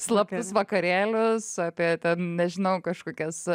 slaptus vakarėlius apie ten nežinau kažkokias